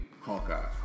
Hawkeye